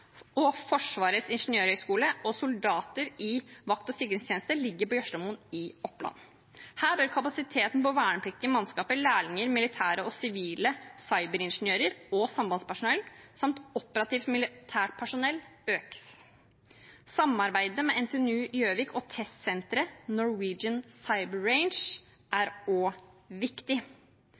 og soldater i vakt- og sikringstjeneste ligger på Jørstadmoen i Oppland. Her bør kapasiteten på vernepliktige mannskaper, lærlinger, militære og sivile cyberingeniører og sambandspersonell samt operativt militært personell økes. Samarbeidet med NTNU Gjøvik og testsenteret Norwegian Cyber Range er også viktig.